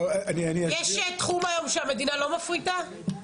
יש תחום היום שהמדינה לא מפריטה?